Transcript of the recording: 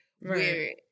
Right